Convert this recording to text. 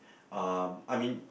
um I mean